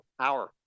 power